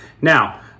Now